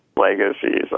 legacies